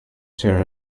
share